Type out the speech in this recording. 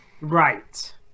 Right